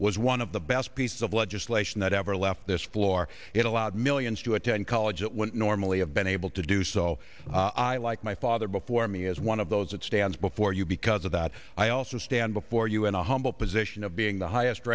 was one of the best piece of legislation that ever left this floor it allowed millions to attend college it would normally have been able to do so i like my father before me as one of those that stands before you because of that i also stand before you in a humble position of being the highest